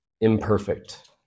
imperfect